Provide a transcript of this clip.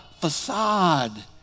facade